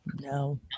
no